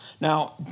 now